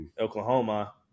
Oklahoma